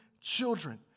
children